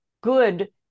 good